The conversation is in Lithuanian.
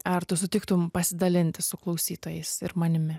ar tu sutiktum pasidalinti su klausytojais ir manimi